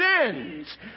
sins